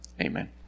Amen